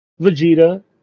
Vegeta